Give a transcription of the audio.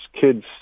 Kids